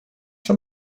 czy